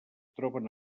troben